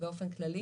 באופן כללי?